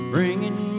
Bringing